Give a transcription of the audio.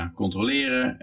controleren